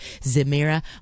Zemira